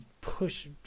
push